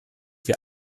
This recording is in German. wir